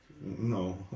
No